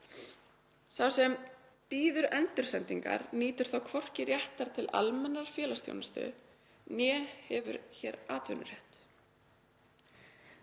Sá sem bíði endursendingar njóti þá hvorki réttar til almennrar félagsþjónustu né hafi hér atvinnurétt.